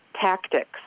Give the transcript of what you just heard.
tactics